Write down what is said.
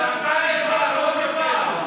אנטישמים,